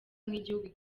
nk’igihugu